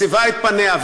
מסבה את פניה.